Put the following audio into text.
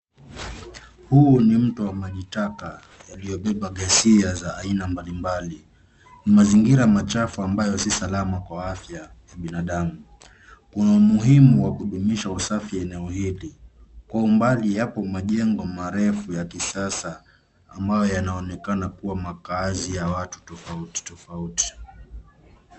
Huu ni mto wa maji taka yaliyobeba ghasia za aina mbalimbali. Ni mazingira machafu ambayo si salama kwa afya ya binadamu. Kuna umuhimu wa kudumisha usafi wa eneo hili. Kwa umbali yapo majengo ya kisasa ambayo yanaonekana kuwa makazi ya watu tofauti tofauti.